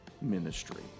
ministry